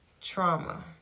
trauma